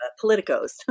politicos